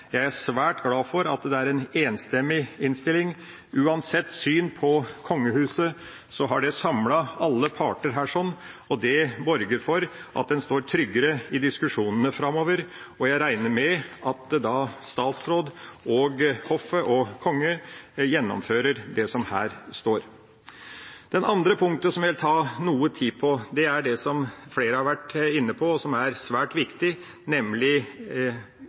Jeg er svært glad for at det er en enstemmig innstilling. Uansett syn på Kongehuset har det samlet alle parter her, og det borger for at en står tryggere i diskusjonene framover. Jeg regner med at statsråden, hoffet og Kongen gjennomfører det som her står. Det andre punktet jeg vil bruke noe tid på, er det som flere har vært inne på, og som er svært viktig, nemlig